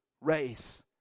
race